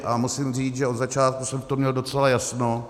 A musím říct, že od začátku jsem v tom měl docela jasno.